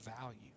value